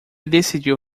decidiu